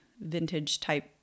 vintage-type